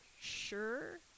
sure